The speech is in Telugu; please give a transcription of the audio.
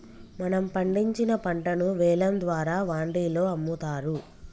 మనం పండించిన పంటను వేలం ద్వారా వాండిలో అమ్ముతారు